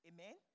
Amen